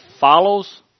follows